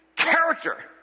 character